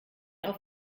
auf